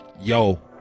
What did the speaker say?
Yo